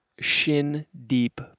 shin-deep